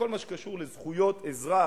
בכל מה שקשור לזכויות אזרח,